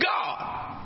God